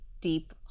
deep